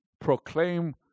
proclaim